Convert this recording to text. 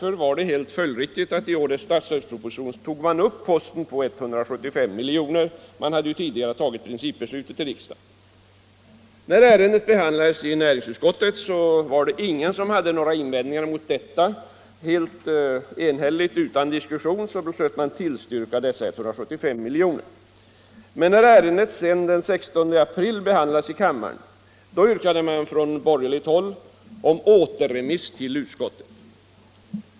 Det var därför följdriktigt att en post på 175 milj.kr. togs upp i årets budgetproposition. Riksdagen hade ju tidigare fattat principbeslutet. När ärendet behandlades i näringsutskottet var det ingen som hade några invändningar att göra. Näringsutskottet beslöt enhälligt och utan diskussion att tillstyrka anslaget på 175 miljoner. Men när ärendet den 16 april behandlades i kammaren yrkades från borgerligt håll återremiss till utskottet.